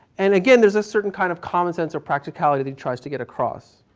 and again, there's a certain kind of common sense or practically that he tries to get across.